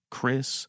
Chris